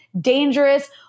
dangerous